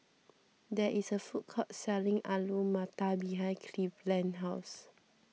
there is a food court selling Alu Matar behind Cleveland's house